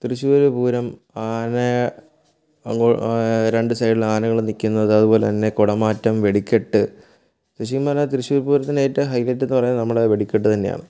തൃശ്ശൂര് പൂരം ആനയെ അ രണ്ട് സൈഡിലും ആനകള് നിൽക്കുന്നത് അതുപോലെ തന്നെ കുടമാറ്റം വെടിക്കെട്ട് ശരിക്കും പറഞ്ഞാൽ തൃശ്ശൂര് പൂരത്തിന് ഏറ്റവും ഹൈലൈറ്റ് എന്ന് പറഞ്ഞ് കഴിഞ്ഞാൽ നമ്മുടെ വെട്ടിക്കെട്ട് തന്നെയാണ്